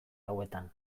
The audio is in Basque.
hauetan